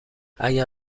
اگر